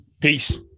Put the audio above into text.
Peace